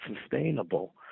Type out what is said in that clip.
sustainable